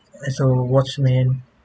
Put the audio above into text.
as a watchman